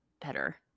better